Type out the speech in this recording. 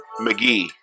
McGee